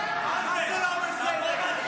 מה זה לא בסדר?